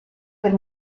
per